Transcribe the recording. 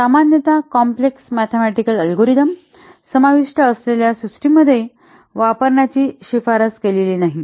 सामान्यतकॉम्प्लेक्स mathematical algorithm समाविष्ट असलेल्या system मध्ये वापरण्याची शिफारस केलेली नाही